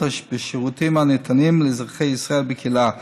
של השירותים הניתנים לאזרחי ישראל בקהילה.